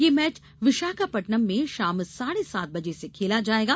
ये मैच विशाखापत्तनम में शाम साढ़े सात बजे से खेला जाएगा